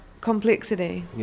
complexity